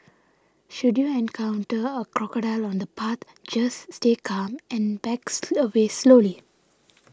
should you encounter a crocodile on the path just stay calm and backs away slowly